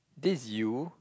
this is you